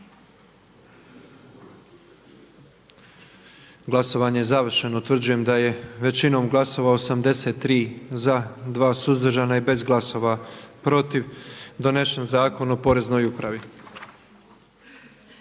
Glasovanje je završeno. Utvrđujem da smo većinom glasova 122 glasova za, 1 suzdržana i bez glasova protiv donijet Zakon o mjerama